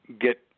get